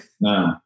No